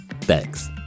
Thanks